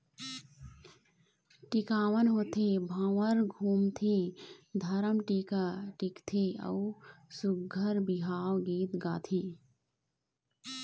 टिकावन होथे, भांवर घुमाथे, धरम टीका टिकथे अउ सुग्घर बिहाव गीत गाथे